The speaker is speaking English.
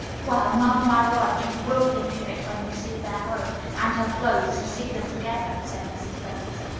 well, mark my word, you will think of it when you see their home, and her clothes, and see them together, said mrs. bates.